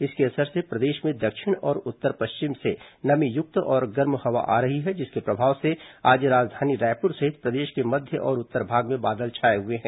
इसके असर से प्रदेश में दक्षिण और उत्तर पश्चिम से नमीयुक्त और गर्म हवा आ रही है जिसके प्रभाव से आज राजधानी रायपुर सहित प्रदेश के मध्य और उत्तर भाग में बादल छाए हुए हैं